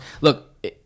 Look